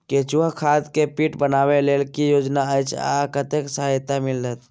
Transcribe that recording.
केचुआ खाद के पीट बनाबै लेल की योजना अछि आ कतेक सहायता मिलत?